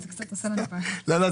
זה לא מופיע.